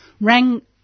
rang